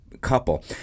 couple